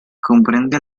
comprende